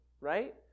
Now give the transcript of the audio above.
right